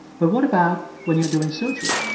but what about when you're doing surgery?